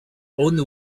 own